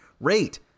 rate